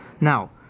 Now